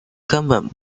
根本